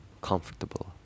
comfortable